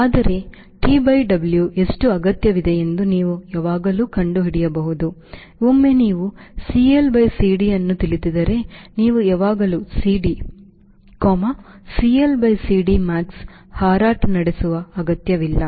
ಆದರೆ TW ಎಷ್ಟು ಅಗತ್ಯವಿದೆಯೆಂದು ನೀವು ಯಾವಾಗಲೂ ಕಂಡುಹಿಡಿಯಬಹುದು ಒಮ್ಮೆ ನೀವು CLCD ಅನ್ನು ತಿಳಿದಿದ್ದರೆ ನೀವು ಯಾವಾಗಲೂ CD CLCD Max ಹಾರಾಟ ನಡೆಸುವ ಅಗತ್ಯವಿಲ್ಲ